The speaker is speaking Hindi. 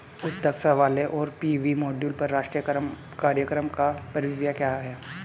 उच्च दक्षता वाले सौर पी.वी मॉड्यूल पर राष्ट्रीय कार्यक्रम का परिव्यय क्या है?